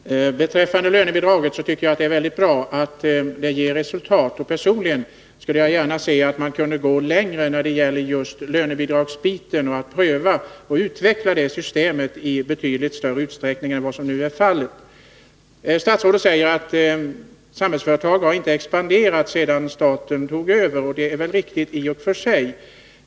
Herr talman! Beträffande lönebidraget tycker jag att det är mycket bra att det ger resultat. Personligen skulle jag gärna se att man kunde gå längre i fråga om lönebidragsbiten — pröva och utveckla det systemet i betydligt större utsträckning än nu. Statsrådet säger att Samhällsföretag inte har expanderat sedan staten tog över, och det är riktigt i och för sig.